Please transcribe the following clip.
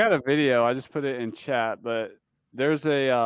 ah a video. i just put it in chat, but there's a